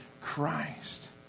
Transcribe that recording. Christ